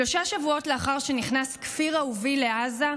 שלושה שבועות לאחר שנכנס כפיר אהובי לעזה,